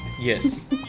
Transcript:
Yes